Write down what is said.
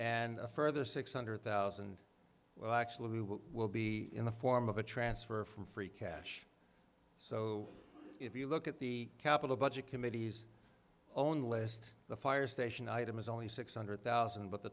and a further six hundred thousand well actually who will be in the form of a transfer from free cash so if you look at the capital budget committees only list the fire station item is only six hundred thousand but the